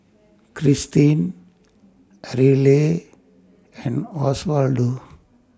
Kristine Ariella and Oswaldo